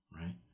right